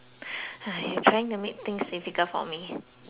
trying to make things difficult for me